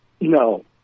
no